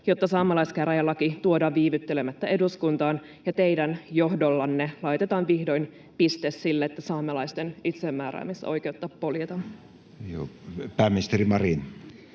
jotta saamelaiskäräjälaki tuodaan viivyttelemättä eduskuntaan ja teidän johdollanne laitetaan vihdoin piste sille, että saamelaisten itsemääräämisoikeutta poljetaan? Pääministeri Marin.